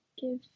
give